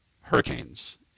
hurricanes